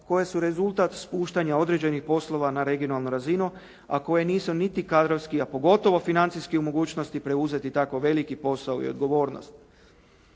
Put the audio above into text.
koje su rezultat spuštanja određenih poslova na regionalnu razinu, a koje nisu niti kadrovski, a pogotovo financijski u mogućnosti preuzeti tako veliki posao i odgovornost.